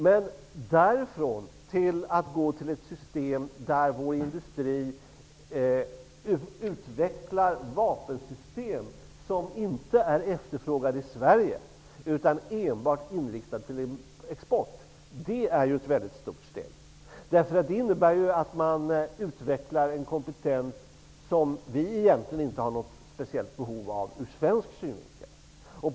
Men därifrån till att gå till ett system där vår industri utvecklar vapensystem som inte är efterfrågade i Sverige utan enbart inriktade på export, är ju ett väldigt stort steg. Det innebär att man utvecklar en kompetens som vi egentligen inte har något speciellt behov av ur svensk synvinkel.